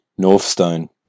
Northstone